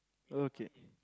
okay